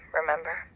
remember